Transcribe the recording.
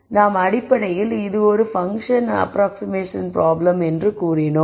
நாம் அடிப்படையில் இது ஒரு பங்க்ஷன் அப்ராக்ஸிமேஷன் ப்ராப்ளம் என்று கூறினேன்